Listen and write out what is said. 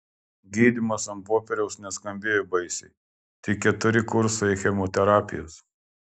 gydymas ant popieriaus neskambėjo baisiai tik keturi kursai chemoterapijos